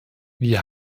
wir